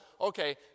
Okay